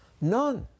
none